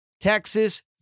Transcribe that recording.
Texas